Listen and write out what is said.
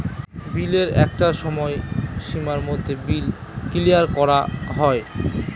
বিলের একটা সময় সীমার মধ্যে বিল ক্লিয়ার করা হয়